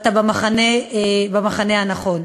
אתה במחנה הנכון.